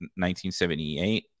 1978